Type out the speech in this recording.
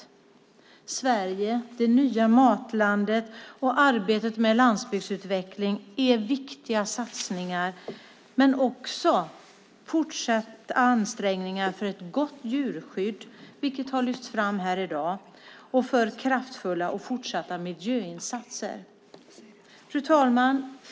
Visionen "Sverige - det nya matlandet" och arbetet med landsbygdsutveckling är viktiga satsningar, men det är också fortsatta ansträngningar för ett gott djurskydd, vilket har lyfts fram här i dag, och för kraftfulla och fortsatta miljöinsatser. Fru talman!